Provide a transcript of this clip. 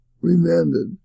remanded